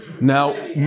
Now